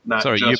Sorry